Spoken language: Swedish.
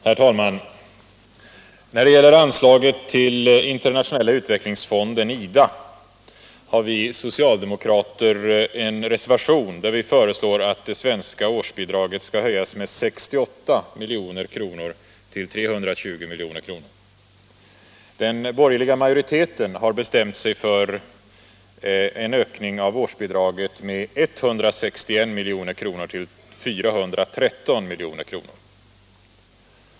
Herr talman! När det gäller anslaget till Internationella utvecklingsfonden, IDA, har vi socialdemokrater en reservation där vi föreslår att det svenska årsbidraget skall höjas med 68 milj.kr. till 320 milj.kr. Den borgerliga majoriteten har bestämt sig för en ökning av årsbidraget med 161 milj.kr. till 413 milj.kr.